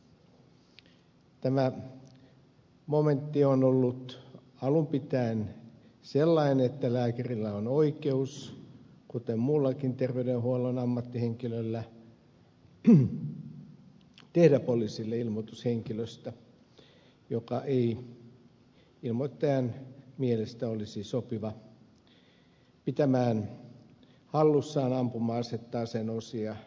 tämä momentti on ollut alun pitäen sellainen että lääkärillä on oikeus kuten muullakin terveydenhuollon ammattihenkilöllä tehdä poliisille ilmoitus henkilöstä joka ei ilmoittajan mielestä olisi sopiva pitämään hallussaan ampuma asetta aseen osia ja niin edelleen